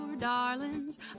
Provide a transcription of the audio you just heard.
darlings